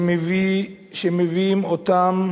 שמביאים אותם